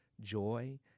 joy